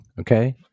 Okay